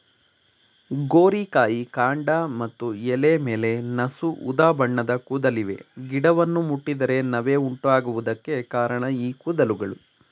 ಗೋರಿಕಾಯಿ ಕಾಂಡ ಮತ್ತು ಎಲೆ ಮೇಲೆ ನಸು ಉದಾಬಣ್ಣದ ಕೂದಲಿವೆ ಗಿಡವನ್ನು ಮುಟ್ಟಿದರೆ ನವೆ ಉಂಟಾಗುವುದಕ್ಕೆ ಕಾರಣ ಈ ಕೂದಲುಗಳು